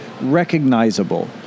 recognizable